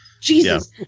Jesus